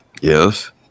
Yes